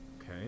okay